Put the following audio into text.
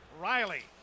Riley